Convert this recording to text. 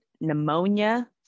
pneumonia